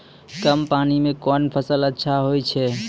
कम पानी म कोन फसल अच्छाहोय छै?